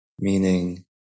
meaning